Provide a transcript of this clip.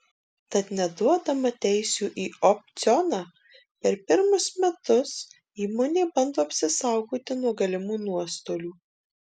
tad neduodama teisių į opcioną per pirmus metus įmonė bando apsisaugoti nuo galimų nuostolių